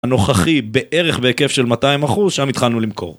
הנוכחי בערך בהיקף של 200 אחוז, שם התחלנו למכור.